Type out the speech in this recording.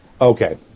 Okay